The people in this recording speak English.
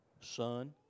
Son